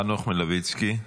חנוך מלביצקי,